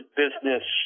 business